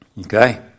Okay